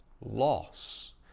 loss